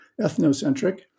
ethnocentric